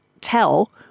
tell